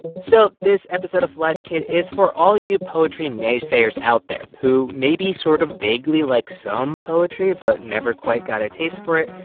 so this episode of life kit is for all you poetry naysayers out there who maybe sort of vaguely like some poetry but never quite got a taste for it,